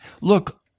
look